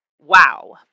Wow